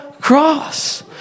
cross